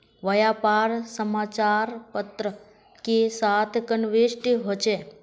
व्यापार समाचार पत्र के साथ कनेक्ट होचे?